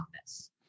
office